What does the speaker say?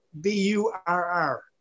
B-U-R-R